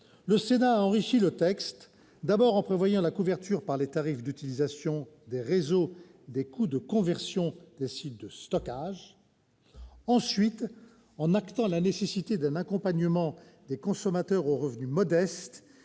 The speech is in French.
le Sénat a enrichi le texte, d'abord en prévoyant la couverture par les tarifs d'utilisation des réseaux des coûts de conversion des sites de stockage, ensuite en actant la nécessité d'un accompagnement des consommateurs aux revenus modestes